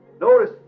Notice